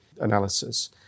analysis